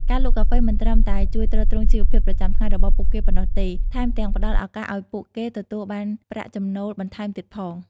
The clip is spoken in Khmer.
ការលក់កាហ្វេមិនត្រឹមតែជួយទ្រទ្រង់ជីវភាពប្រចាំថ្ងៃរបស់ពួកគេប៉ុណ្ណោះទេ ថែមទាំងផ្តល់ឱកាសឱ្យពួកគេទទួលបានប្រាក់ចំណូលបន្ថែមទៀតផង។